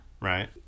Right